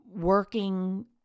working